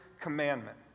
commandment